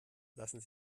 lassen